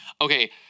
Okay